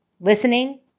listening